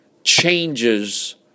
Changes